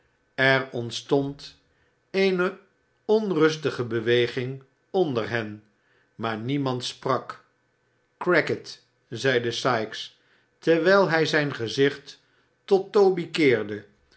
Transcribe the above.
er ontstond eene onrustige beweging onder hen maar niemand sprak crackit zeide sikes terwijl hij zijn gezicht tot toby keerde